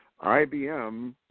IBM